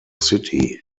city